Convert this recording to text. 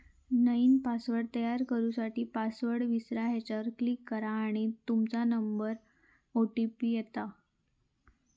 नईन पासवर्ड तयार करू साठी, पासवर्ड विसरा ह्येच्यावर क्लीक करा आणि तूमच्या मोबाइल नंबरवर ओ.टी.पी येता